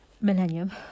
millennium